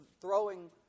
throwing